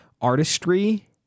artistry